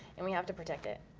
and we have to protect it.